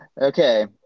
Okay